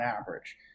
average